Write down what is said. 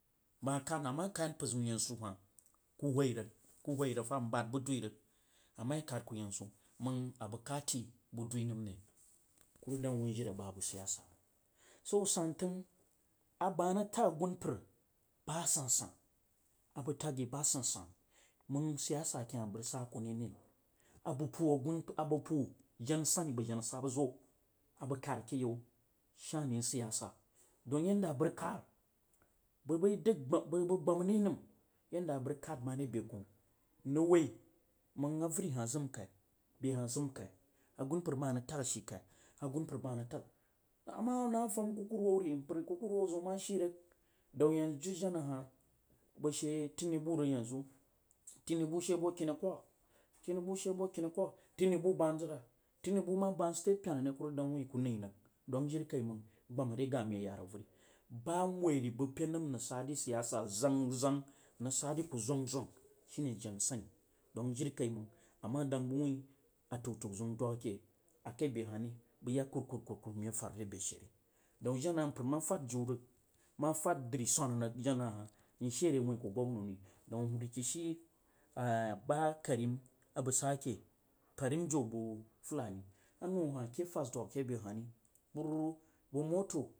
Ba kad hah ama ye kad mpar zum yen zu hah ko hwri ko hwri rəg ta n bad bu dui rəg ama ye kad ku hanzu manf abagg katikatibu dui namre? Kuraj dong wu wuin jiri aba bag siyasa mang so san tang abad tag yi ba sansan mang siyasa ke hah bag rəg sa kune re, a bag puu. Abedgpuu asumpar abeg tuu jena nsuni bəg jena sahba zo abəs kae ke yau shain siyasa dens yanda abarge kal bərəg dəg gbama a ba rəg kad more be koh bərəs wui mang auri hah rag tag ashi kai. A ma nəng ma fam kuku hurhwori kukuhwao ba hah ma shirəg dau yanzu jena ha bə she tinibu rəg yanzu tinibu she bo kini a kwagha tinibu she bo kini a kwagh tinibu ba zara? Tinibu ma ban state pena ku rag deng wuin ku riga rag. Deng jiri kaimang gbama riga nye yeras yari bba mwo dai bagpen rag sa dri ki zwan zwag dong jirijai mang ama dan bag ri bag yak kurkurku nye fad ragre beshe ri daun jena mpar ma fad jiu rag ma fad dri swana rag jena hah ma she re wuin ku gwabna ri daun rikici ba karim abəg sa ke karimjo bəg fulani a noh hah ke fas dwag ke be hari həg motor.